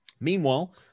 Meanwhile